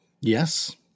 Yes